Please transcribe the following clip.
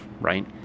right